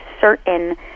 certain